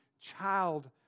child